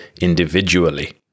individually